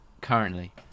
currently